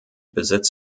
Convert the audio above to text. besitz